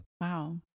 Wow